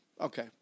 Okay